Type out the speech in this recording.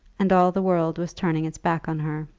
and all the world was turning its back on her.